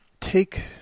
take